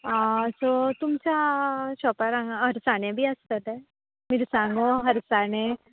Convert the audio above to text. so तुंमच्या शोपार हांगा अळसाणे बी आसतले मिरसांगो हरसाणें